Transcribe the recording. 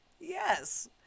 Yes